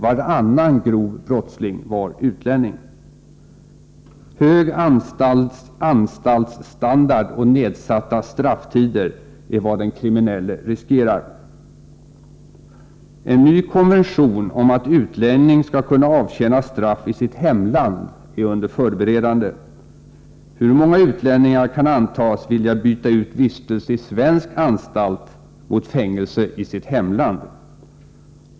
Varannan grov brottsling var alltså utlänning. Hög anstaltsstandard och nedsatta strafftider är vad den kriminelle riskerar. En ny konvention om att utlänning skall kunna avtjäna straff i sitt hemland är under förberedande. Hur många utlänningar kan antas vilja byta ut vistelse i svensk anstalt mot fängelse i sitt hemland?